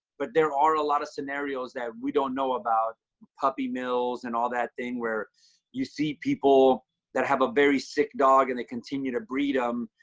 but there are a lot of scenarios that we don't know about puppy mills and all that thing where you see people that have a very sick dog and they continue to breed them.